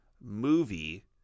movie